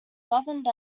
governed